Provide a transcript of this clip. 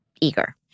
eager